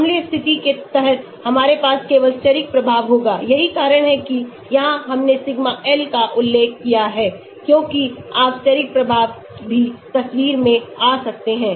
अम्लीय स्थिति के तहत हमारे पास केवल steric प्रभाव होगा यही कारण है कि यहां हमने सिग्मा L का उल्लेख किया है क्योंकि आप steric प्रभाव भी तस्वीर में आ सकते हैं